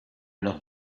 los